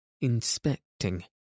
inspecting